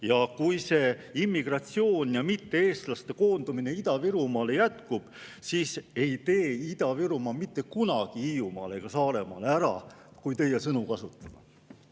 Ja kui see immigratsioon ja mitte-eestlaste koondumine Ida-Virumaale jätkub, siis ei tee Ida-Virumaa mitte kunagi Hiiumaale ega Saaremaale ära, kui teie sõnu kasutada.